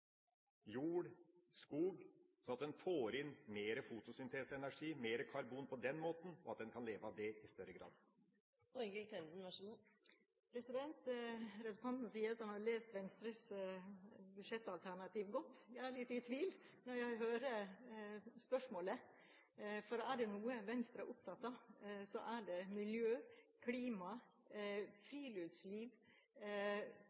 jord, skog, slik at en får inn mer fotosyntese/energi og mer karbon på den måten og kan leve av det i større grad? Representanten Lundteigen sier at han har lest Venstres budsjettalternativ godt, men jeg er litt i tvil når jeg hører spørsmålet, for er det noe Venstre er opptatt av, så er det miljø, klima,